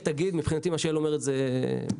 מבחינתי מה שיעל אומרת זה מקובל.